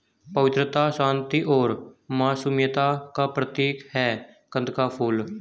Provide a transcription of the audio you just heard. पवित्रता, शांति और मासूमियत का प्रतीक है कंद का फूल